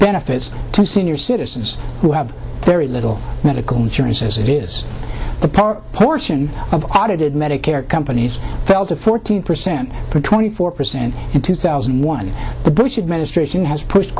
benefits to senior citizens who have very little medical insurance as it is the part portion of audited medicare companies fell to fourteen percent to twenty four percent in two thousand and one the bush administration has pushed